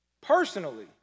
personally